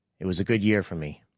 it was a good year for me.